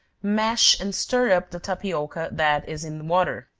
mash and stir up the tapioca that is in water,